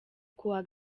kuwa